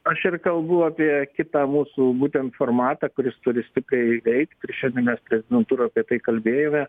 aš ir kalbu apie kitą mūsų būtent formatą kuris turi stipriai veikt ir šiandien mes prezidentūroj apie tai kalbėjome